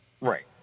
Right